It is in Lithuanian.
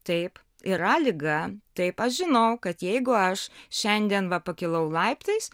taip yra liga taip aš žinau kad jeigu aš šiandien va pakilau laiptais